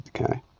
okay